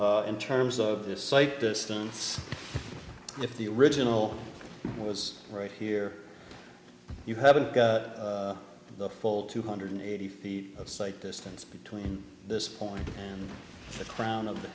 person in terms of this site distance if the original was right here you haven't got the full two hundred eighty feet of site distance between this point and the crown of